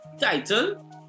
title